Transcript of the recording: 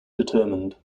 determined